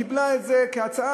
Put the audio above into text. היא קיבלה את זה כהצעה,